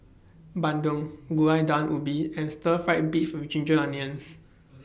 Bandung Gulai Daun Ubi and Stir Fried Beef with Ginger Onions